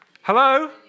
Hello